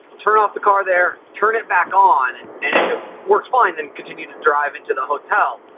turn off the car there, turn it back on. and if it works fine, then continue to drive into the hotel.